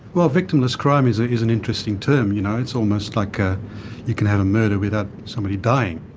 well, victimless crime is ah is an interesting term, you know it's almost like ah you can have a murder without somebody dying.